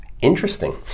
Interesting